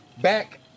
back